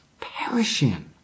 perishing